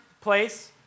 place